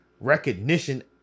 recognition